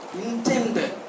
intended